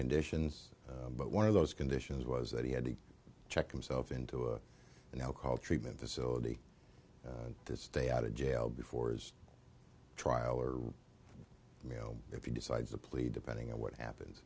conditions but one of those conditions was that he had to check himself into a an alcohol treatment facility to stay out of jail before his trial or if he decides to plead depending on what happen